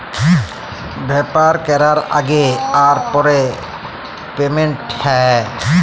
ব্যাভার ক্যরার আগে আর পরে পেমেল্ট হ্যয়